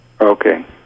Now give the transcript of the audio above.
Okay